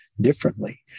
differently